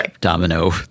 domino